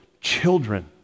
children